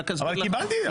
בחיים לא קרה לי דבר כזה.